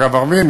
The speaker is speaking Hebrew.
אגב ערבים,